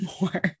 more